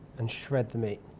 and shred the meat.